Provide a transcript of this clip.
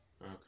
okay